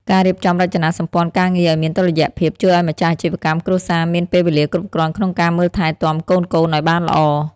ការរៀបចំរចនាសម្ព័ន្ធការងារឱ្យមានតុល្យភាព ជួយឱ្យម្ចាស់អាជីវកម្មគ្រួសារមានពេលវេលាគ្រប់គ្រាន់ក្នុងការមើលថែទាំកូនៗឱ្យបានល្អ។